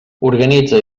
organitza